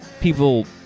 people